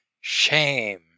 Shame